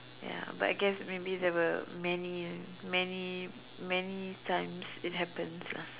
ya but I guess maybe there were many many many times it happens lah